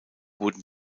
wurden